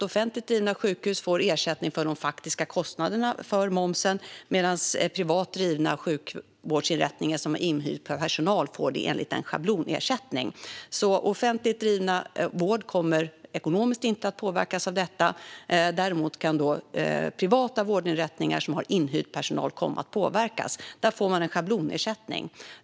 Offentligt drivna sjukhus får ersättning för de faktiska kostnaderna för momsen, medan privat drivna sjukvårdsinrättningar som har inhyrd personal får en schablonersättning. Offentligt driven vård kommer inte att drabbas ekonomiskt av detta. Däremot kan privata vårdinrättningar som har inhyrd personal komma att påverkas. De får en schablonersättning.